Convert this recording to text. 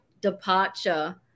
departure